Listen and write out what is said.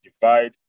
Divide